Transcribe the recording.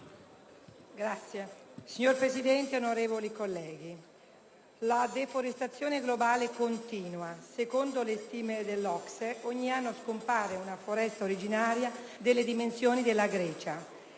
*(IdV)*. Signora Presidente, onorevoli colleghi, la deforestazione globale continua. Secondo le stime dell'OCSE, ogni anno scompare una foresta originaria delle dimensioni della Grecia.